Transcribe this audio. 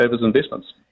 investments